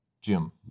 Jim